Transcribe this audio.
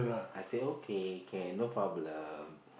I say okay can no problem